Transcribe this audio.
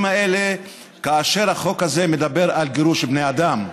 האלה כאשר החוק הזה מדבר על גירוש בני אדם,